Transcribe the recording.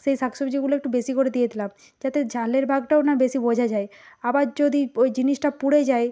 সেই শাকসবজিগুলো একটু বেশি করে দিয়ে দিলাম যাতে ঝালের ভাগটাও না বেশি বোঝা যায় আবার যদি ওই জিনিসটা পুড়ে যায়